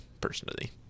personally